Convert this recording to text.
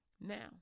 Now